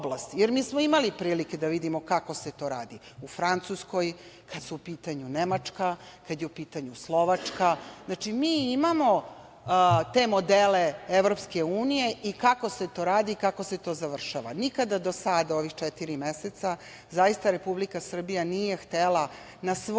Mi smo imali prilike da vidimo kako se to radi u Francuskoj, kada su u pitanju Nemačka, Slovačka. Znači, mi imamo te modele EU i kako se to radi i kako se to završava. Nikada do sada u ovih četiri meseca zaista Republika Srbija nije htela, na svoju